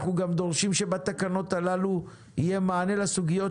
אנחנו גם דורשים שבתקנות הללו יהיה מענה לסוגיות